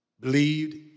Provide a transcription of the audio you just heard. believed